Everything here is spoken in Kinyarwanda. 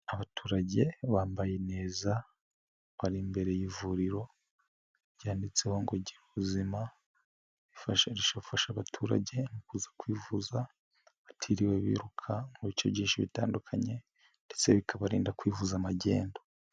Abaturage bambaye neza bari imbere y'ivuriro ryanditseho ngo gira ubuzima bifasha abaturage kuza kwivuza batiriwe biruka mu bice byinshi bitandukanye, ndetse bikabarinda kwivuza magendu.